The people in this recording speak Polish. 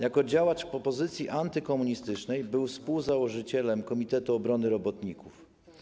Jako działacz opozycji antykomunistycznej był współzałożycielem Komitetu Obrony Robotników.